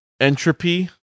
entropy